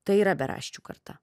tai yra beraščių karta